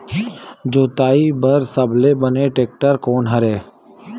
जोताई बर सबले बने टेक्टर कोन हरे?